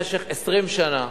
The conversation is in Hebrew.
במשך 20 שנה